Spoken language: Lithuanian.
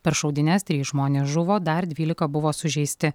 per šaudynes trys žmonės žuvo dar dvylika buvo sužeisti